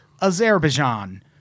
Azerbaijan